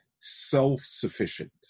self-sufficient